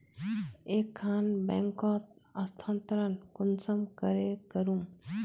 एक खान बैंकोत स्थानंतरण कुंसम करे करूम?